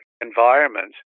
environment